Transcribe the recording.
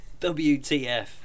WTF